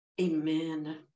Amen